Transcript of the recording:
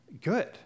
good